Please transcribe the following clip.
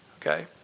Okay